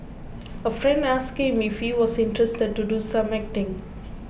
a friend asked him if he was interested to do some acting